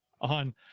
on